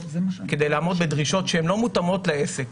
כדי לעמוד בדרישות שלא מותאמות לעסק,